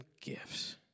gifts